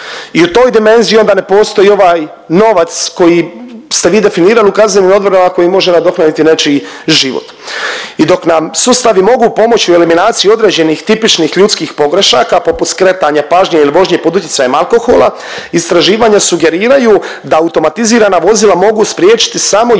I u toj dimenziji onda ne postoji ovaj novac koji ste vi definirali u kazneni .../Govornik se ne razumije./... ako im može nadoknaditi nečiji život. I dok nam sustavi mogu pomoći u eliminaciji određenih tipičnih ljudskih pogrešaka, poput skretanja pažnje ili vožnje pod utjecajem alkohola, istraživanja sugeriraju da automatizirana vozila mogu spriječiti samo 1/3 nesreća.